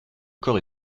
corps